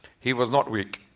he was not weak.